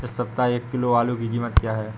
इस सप्ताह एक किलो आलू की कीमत क्या है?